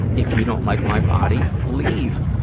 if you don't like my body, leave,